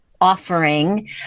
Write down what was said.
offering